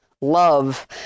love